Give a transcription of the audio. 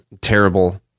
terrible